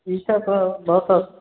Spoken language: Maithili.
ई सभ तऽ भाव तऽ